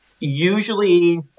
Usually